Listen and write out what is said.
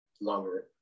longer